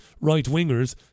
right-wingers